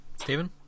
Stephen